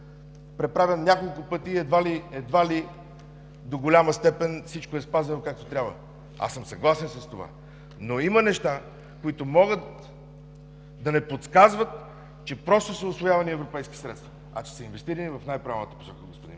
преправян няколко пъти и едва ли до голяма степен всичко е спазено както трябва. Аз съм съгласен с това, но има неща, които могат да не подсказват, че просто са усвоявани европейски средства, а че са инвестирани в най-правилната посока, господин